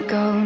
go